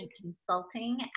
consulting